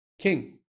King